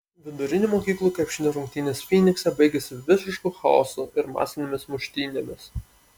vidurinių mokyklų krepšinio rungtynės fynikse baigėsi visišku chaosu ir masinėmis muštynėmis